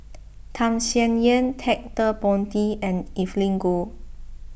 Tham Sien Yen Ted De Ponti and Evelyn Goh